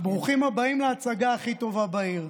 ברוכים הבאים להצגה הכי טובה בעיר.